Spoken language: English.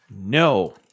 No